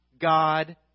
God